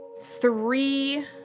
three